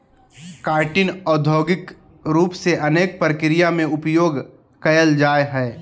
chitin औद्योगिक रूप से अनेक प्रक्रिया में उपयोग कइल जाय हइ